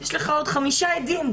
יש לך עוד חמישה עדים.